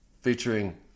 featuring